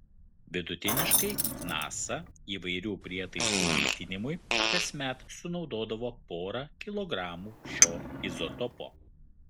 vidutiniškai nasa įvairių prietaisų maitinimui kasmet sunaudodavo porą kilogramų šio izotopo